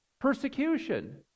persecution